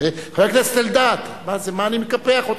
חבר הכנסת אלדד, מה זה, מה אני מקפח אותך?